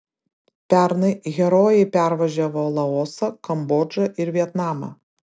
pernai herojai pervažiavo laosą kambodžą ir vietnamą